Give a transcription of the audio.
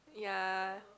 ya